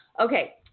Okay